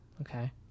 Okay